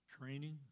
training